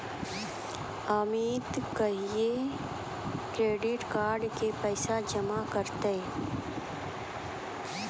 अमित कहिया क्रेडिट कार्डो के पैसा जमा करतै?